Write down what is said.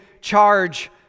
charge